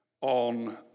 on